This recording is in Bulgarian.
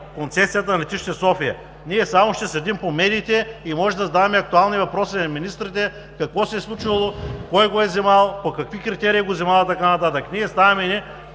концесията на Летище София. Ние само ще следим по медиите и може да задаваме актуални въпроси на министрите – какво се е случило, кой го е взел, по какви критерии го е взел и така нататък. Ние само